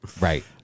Right